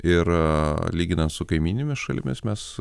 ir lyginant su kaimynėmis šalimis mes